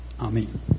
Amen